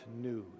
news